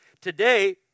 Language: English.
Today